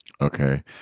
okay